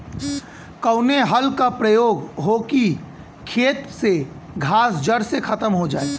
कवने हल क प्रयोग हो कि खेत से घास जड़ से खतम हो जाए?